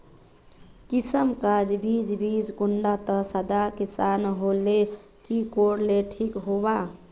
किसम गाज बीज बीज कुंडा त सादा किसम होले की कोर ले ठीक होबा?